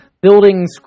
buildings